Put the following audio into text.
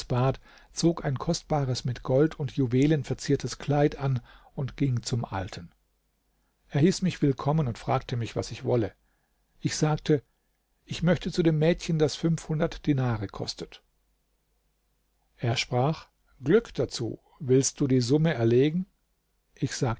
zog ein kostbares mit gold und juwelen verziertes kleid an und ging zum alten er hieß mich willkommen und fragte mich was ich wolle ich sagte ich möchte zu dem mädchen das fünfhundert dinare kostet er sprach glück dazu willst du die summe erlegen ich sagte